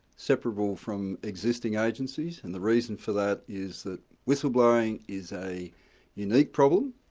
separable from existing agencies and the reason for that is that whistleblowing is a unique problem,